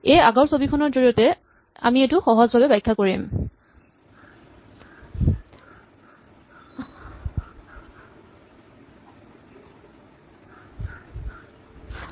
এই আগৰ ছবিখনৰ জৰিয়তে আমি এইটো সহজভাৱে ব্যাখ্যা কৰিব পাৰিম